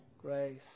grace